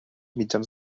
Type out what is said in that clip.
mitjans